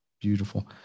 beautiful